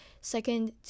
second